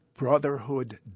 Brotherhood